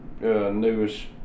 newest